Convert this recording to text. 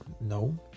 no